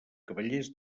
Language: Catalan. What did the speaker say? cavallers